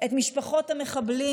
את משפחות המחבלים,